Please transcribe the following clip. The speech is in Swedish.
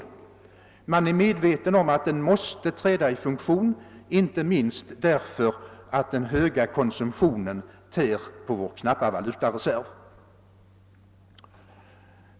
Regeringen är medveten om att sparviljan måste träda i funktion, inte minst därför att den höga konsumtionen tär på vår knappa valutareserv.